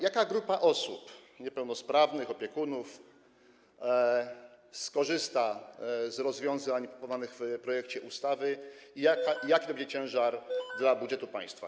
Jaka grupa osób - niepełnosprawnych, opiekunów - skorzysta z rozwiązań proponowanych w projekcie ustawy i jaki to będzie ciężar dla budżetu państwa?